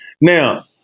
Now